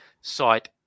site